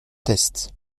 test